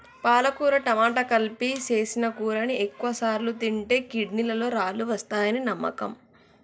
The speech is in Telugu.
పాలకుర టమాట కలిపి సేసిన కూరని ఎక్కువసార్లు తింటే కిడ్నీలలో రాళ్ళు వస్తాయని నమ్మకం